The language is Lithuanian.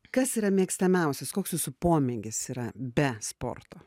kas yra mėgstamiausias koks jūsų pomėgis yra be sporto